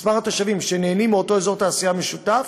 מספר התושבים שנהנים מאותו אזור תעשייה משותף,